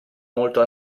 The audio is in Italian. molto